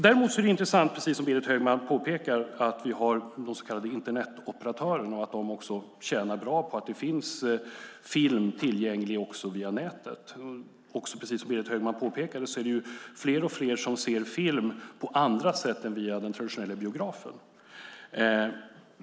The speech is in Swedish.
Däremot är det intressant att vi, precis som Berit Högman påpekar, har de så kallade internetoperatörerna och att de tjänar bra på att det finns film tillgänglig också via nätet. Som Berit Högman också påpekade är det fler och fler som ser film på andra sätt än via den traditionella biografen.